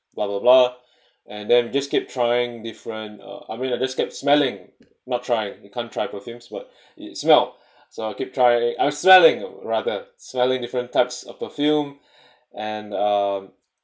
blah blah blah and then just keep trying different uh I mean I just kept smelling not try we can't try perfumes but it smell so I'll keep try I smelling rather smelling different types of perfume and um